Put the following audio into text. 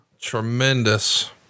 Tremendous